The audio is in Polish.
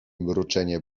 mruczenie